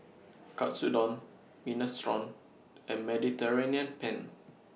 Katsudon Minestrone and Mediterranean Penne